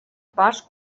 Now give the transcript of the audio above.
pas